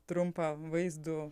trumpą vaizdų